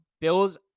bills